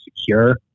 secure